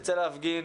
יוצא להפגין.